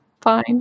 fine